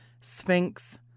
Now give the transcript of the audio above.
Sphinx